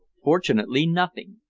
fortunately nothing.